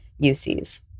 UCs